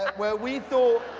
where we thought